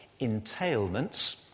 entailments